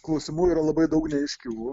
klausimų yra labai daug neaiškių